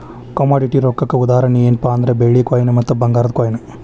commodity ರೊಕ್ಕಕ್ಕ ಉದಾಹರಣಿ ಯೆನ್ಪಾ ಅಂದ್ರ ಬೆಳ್ಳಿ ಕಾಯಿನ್ ಮತ್ತ ಭಂಗಾರದ್ ಕಾಯಿನ್